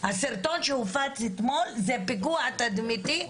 הסרטון שהופץ אתמול זה פיגוע תדמיתי,